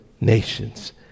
nations